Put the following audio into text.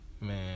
man